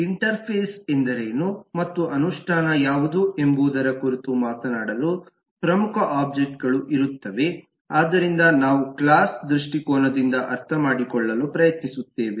interface ಎಂದರೇನು ಮತ್ತು ಅನುಷ್ಠಾನ ಯಾವುದು ಎಂಬುದರ ಕುರಿತು ಮಾತನಾಡಲು ಪ್ರಮುಖ ಒಬ್ಜೆಕ್ಟ್ ಗಳು ಇರುತ್ತವೆ ಆದ್ದರಿಂದ ನಾವು ಕ್ಲಾಸ್ ನ ದೃಷ್ಟಿಕೋನದಿಂದ ಅರ್ಥಮಾಡಿಕೊಳ್ಳಲು ಪ್ರಯತ್ನಿಸುತ್ತೇವೆ